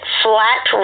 flat